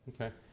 Okay